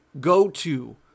go-to